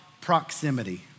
proximity